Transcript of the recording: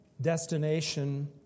destination